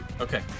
Okay